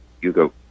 Hugo